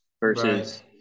versus